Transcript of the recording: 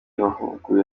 bahuguwe